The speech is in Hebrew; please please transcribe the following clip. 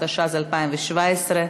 התשע"ז 2017,